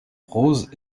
rose